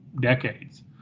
decades